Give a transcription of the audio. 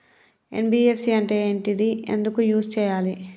NBFC అంటే ఏంటిది ఎందుకు యూజ్ చేయాలి?